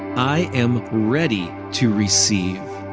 i am ready to receive.